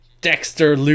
Dexter